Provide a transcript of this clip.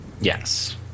Yes